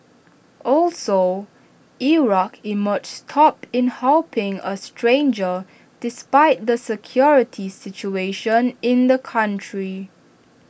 also Iraq emerges top in helping A stranger despite the security situation in the country